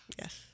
yes